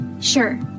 Sure